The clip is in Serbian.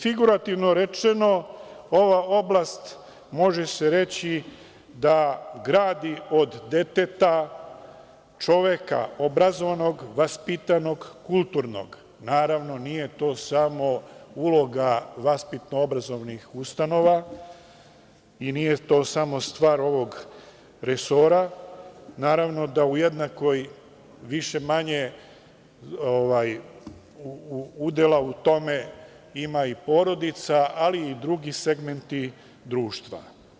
Figurativno rečeno ova oblast može se reći da gradi od deteta čoveka obrazovanog, vaspitanog, kulturnog, naravno nije to samo uloga vaspitno-obrazovnih ustanova i nije to samo stvar ovog resora, naravno da u jednakoj više-manje udela u tome ima i porodica, ali i drugi segmenti društva.